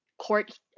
court